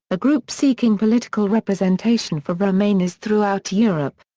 a group seeking political representation for romanis throughout europe.